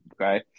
Okay